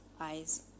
eyes